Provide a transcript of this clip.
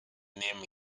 name